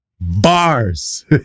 Bars